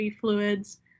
fluids